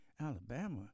Alabama